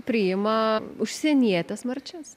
priima užsienietes marčias